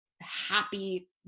happy